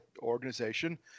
organization